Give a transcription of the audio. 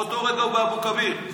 באותו רגע הוא באבו כביר.